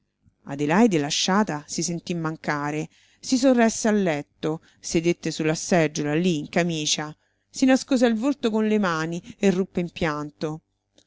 sentì mancare si sorresse al letto sedette sulla seggiola lì in camicia si nascose il volto con le mani e ruppe